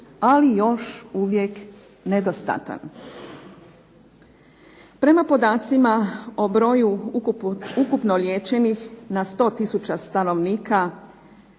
ali još uvijek nedostatan. Prema podacima o broju ukupno liječenih na 100 tisuća stanovnika